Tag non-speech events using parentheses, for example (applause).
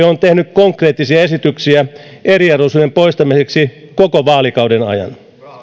(unintelligible) on tehnyt konkreettisia esityksiä eriarvoisuuden poistamiseksi koko vaalikauden ajan